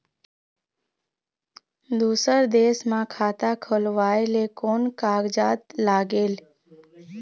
दूसर देश मा खाता खोलवाए ले कोन कागजात लागेल?